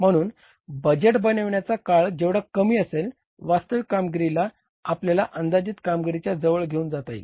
म्हणून बजेट बनविण्याचा काळ जेवढा कमी असेल वास्तविक कामगिरी ला आपल्या अंदाजित कामगिरीच्या जवळ घेऊन जाता येईल